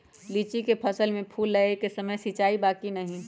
लीची के फसल में फूल लगे के समय सिंचाई बा कि नही?